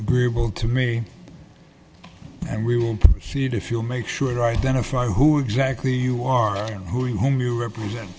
agreeable to me and we will proceed if you make sure identify who exactly you are and who home you represent